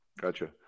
Gotcha